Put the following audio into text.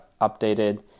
updated